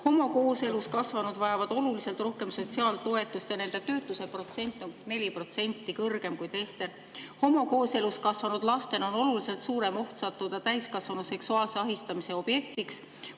homokooselus kasvanud vajavad oluliselt rohkem sotsiaaltoetust ja nende töötuse protsent on 4% kõrgem kui teistel. Homokooselus kasvanud lastel on oluliselt suurem oht sattuda täiskasvanu seksuaalse ahistamise objektiks,